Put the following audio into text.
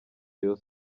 rayon